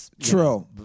True